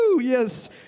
yes